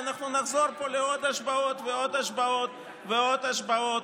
ואנחנו נחזור פה לעוד השבעות ועוד השבעות ועוד השבעות,